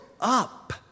up